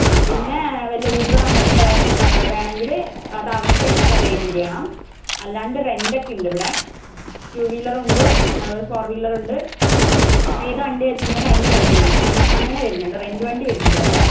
ആ പിന്നേ വല്ല യൂബർ അങ്ങനത്തെ വേണമെങ്കിൽ അതവർക്ക് എക്സ്ട്രാ പേയ്മെൻ്റ് ചെയ്യണം അല്ലാണ്ട് റെൻ്റൊക്കെ ഉണ്ടിവിടെ ടൂ വീലറുണ്ട് അതുപോലെ ഫോർ വീലറുണ്ട് ഏത് വണ്ടിയാണ് വച്ച് കയിഞ്ഞാൽ അതിൻ്റെ റെൻ്റും അങ്ങനെ വരുന്നുണ്ട് റെൻ്റ് വണ്ടി വരുന്നുണ്ട് വേറെ